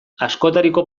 askotariko